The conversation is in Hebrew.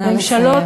נא לסיים.